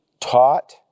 taught